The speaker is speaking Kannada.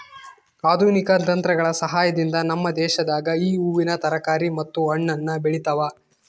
ಆಧುನಿಕ ತಂತ್ರಗಳ ಸಹಾಯದಿಂದ ನಮ್ಮ ದೇಶದಾಗ ಈ ಹೂವಿನ ತರಕಾರಿ ಮತ್ತು ಹಣ್ಣನ್ನು ಬೆಳೆತವ